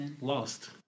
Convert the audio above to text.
Lost